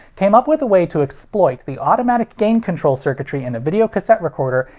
came up with a way to exploit the automatic gain control circuitry in a videocassette recorder,